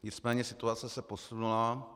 Nicméně situace se posunula.